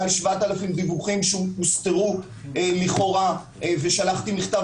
מעל 7,000 דיווחים שהוסתרו לכאורה ושלחתי מכתב